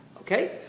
Okay